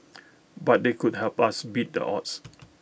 but they could help us beat the odds